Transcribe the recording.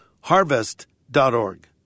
harvest.org